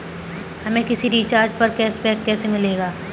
हमें किसी रिचार्ज पर कैशबैक कैसे मिलेगा?